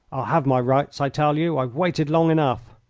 i'll have my rights, i tell you. i've waited long enough.